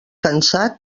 cansat